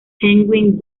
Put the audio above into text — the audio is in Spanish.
penguin